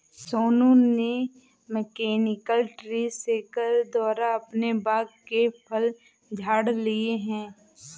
सोनू ने mechanical tree shaker द्वारा अपने बाग के फल झाड़ लिए है